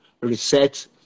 reset